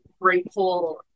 grateful